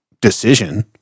Decision